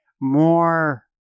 more